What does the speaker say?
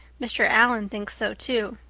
mr. allan thinks so too.